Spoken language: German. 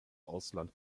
ausland